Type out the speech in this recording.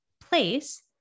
place